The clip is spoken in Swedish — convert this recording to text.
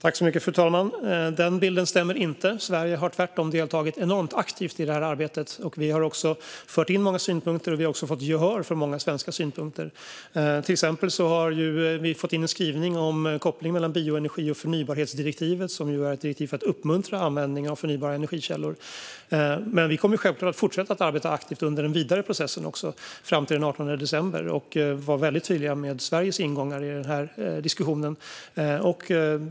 Fru talman! Den bilden stämmer inte. Sverige har tvärtom deltagit enormt aktivt i arbetet. Vi har fört in många synpunkter, och vi har också fått gehör för många svenska synpunkter. Till exempel har vi fått in en skrivning om koppling mellan bioenergi och förnybarhetsdirektivet, som är ett direktiv för att uppmuntra användningen av förnybara energikällor. Men vi kommer självklart att fortsätta att arbeta aktivt under den vidare processen fram till den 18 december, och vi kommer att vara tydliga med Sveriges ingångar i diskussionen.